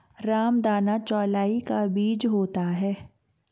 रामदाना चौलाई का बीज होता है